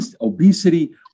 obesity